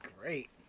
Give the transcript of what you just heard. Great